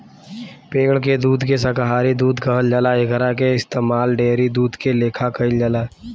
पेड़ के दूध के शाकाहारी दूध कहल जाला एकरा के इस्तमाल डेयरी दूध के लेखा कईल जाला